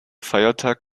feiertag